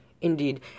Indeed